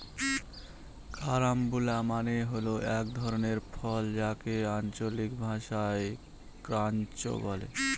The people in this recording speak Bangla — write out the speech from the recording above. কারাম্বুলা মানে হল এক ধরনের ফল যাকে আঞ্চলিক ভাষায় ক্রাঞ্চ বলে